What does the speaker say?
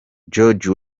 george